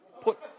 Put